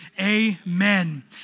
Amen